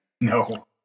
No